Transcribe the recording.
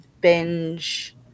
binge